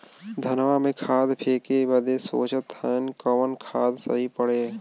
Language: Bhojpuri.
धनवा में खाद फेंके बदे सोचत हैन कवन खाद सही पड़े?